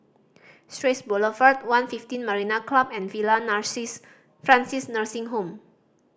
Straits Boulevard One Fifteen Marina Club and Villa Francis Nursing Home